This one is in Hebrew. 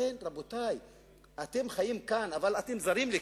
לכן, רבותי, אתם חיים כאן, אבל אתם זרים לכאן,